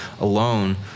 alone